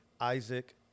Isaac